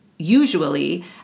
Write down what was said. usually